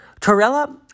Torella